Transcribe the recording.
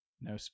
no